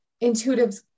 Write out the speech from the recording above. intuitive